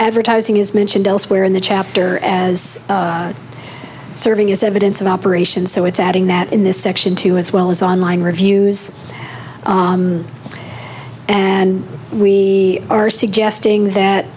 advertising is mentioned elsewhere in the chapter as serving as evidence of operations so it's adding that in this section two as well as online reviews and we are suggesting that